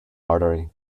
artery